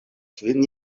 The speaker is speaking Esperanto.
kvin